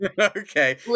Okay